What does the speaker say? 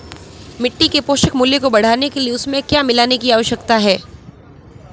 मिट्टी के पोषक मूल्य को बढ़ाने के लिए उसमें क्या मिलाने की आवश्यकता है?